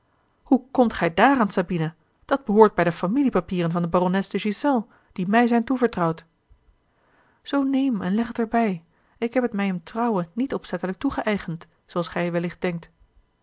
hoe komt gij daaraan sabina dat behoort bij de familiepapieren van de barones de ghiselles die mij zijn toevertrouwd zoo neem en leg het er bij ik heb het mij in trouwe niet opzettelijk toegeëigend zooals gij wellicht denkt